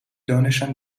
دانشم